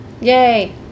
Yay